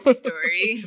story